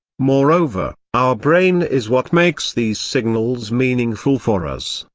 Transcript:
moreover, our brain is what makes these signals meaningful for us,